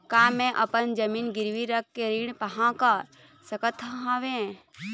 का मैं अपन जमीन गिरवी रख के ऋण पाहां कर सकत हावे?